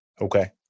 Okay